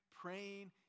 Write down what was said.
praying